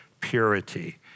purity